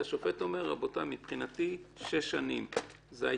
שהשופט אומר מבחינתי שש שנים זה ההתיישנות.